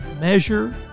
measure